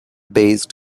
based